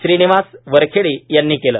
श्रीनिवास वरखेडी यांनी केलं